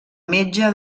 metge